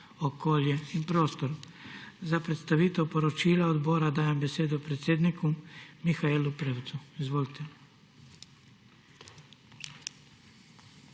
okolje in prostor. Za predstavitev poročila odbora dajem besedo predsedniku Mihaelu Prevcu. Izvolite.